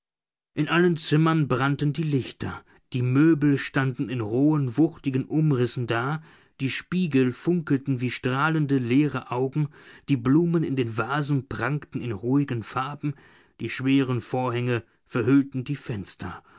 in allen zimmern brannten die lichter die möbel standen in rohen wuchtigen umrissen da die spiegel funkelten wie strahlende leere augen die blumen in den vasen prangten in ruhigen farben die schweren vorhänge verhüllten die fenster